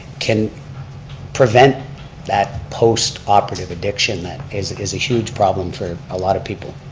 can prevent that post operative addiction that is that is a huge problem for a lot of people.